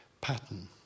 pattern